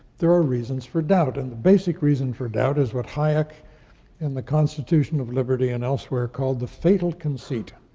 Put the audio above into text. there are reasons for doubt. and the basic reason for doubt is what hayek and the constitution of liberty and elsewhere called the fatal conceit.